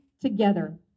together